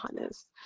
honest